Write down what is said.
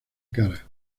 cara